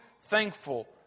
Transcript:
thankful